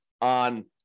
on